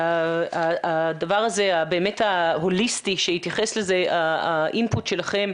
הדבר הזה ההוליסטי שהתייחס לזה האינפוט שלכם,